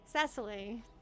Cecily